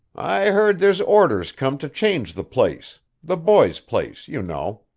i hearn there's orders come to change the place the boy's place, you know.